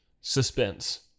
Suspense